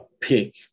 pick